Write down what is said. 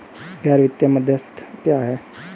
गैर वित्तीय मध्यस्थ क्या हैं?